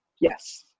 Yes